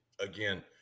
again